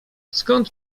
skąd